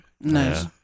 Nice